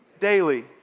Daily